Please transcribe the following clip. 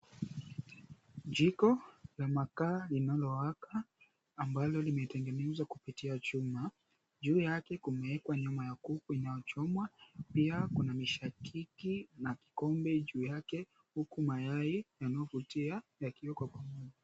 Jiko la makaa linalowaka ambalo limetengenezwa kupitia chuma juu yake kumeekwa nyama ya kuku inayochomwa pia kuna mishakiki na kikombe juu yake huku mayai yanayovutia yakiwekwa pamoja.